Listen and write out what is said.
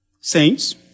Saints